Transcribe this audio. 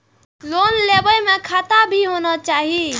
Loan लेबे में खाता भी होना चाहि?